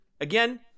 Again